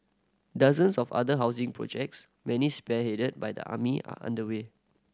dozens of other housing projects many spearheaded by the army are underway